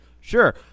Sure